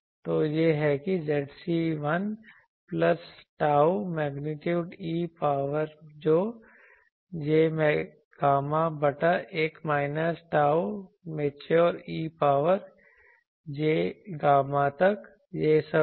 तो यह है कि Zc 1 plus tau magnitude e power j gamma बटा 1 माइनस ताऊ मैच्योर ई पावर जे गामा तक यही सब है